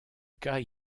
cas